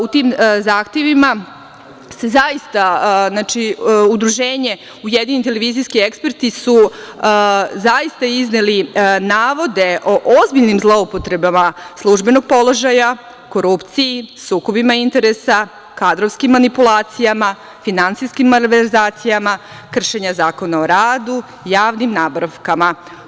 U tim zahtevima je zaista Udruženje „Ujedinjeni televizijski eksperti“ zaista iznelo navode o ozbiljnim zloupotrebama službenog položaja, korupciji, sukobima interesa, kadrovskim manipulacijama, finansijskim malverzacijama, kršenja Zakona o radu, javnim nabavkama.